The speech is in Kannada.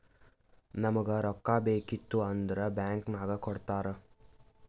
ನಮುಗ್ ರೊಕ್ಕಾ ಬೇಕಿತ್ತು ಅಂದುರ್ ಬ್ಯಾಂಕ್ ನಾಗ್ ಕೊಡ್ತಾರ್